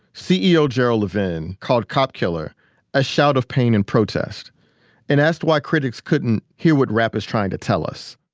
ceo gerald levin called cop killer a shout of pain and protest and asked why critics couldn't hear what rap is trying to tell us.